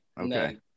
Okay